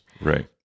Right